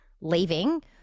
leaving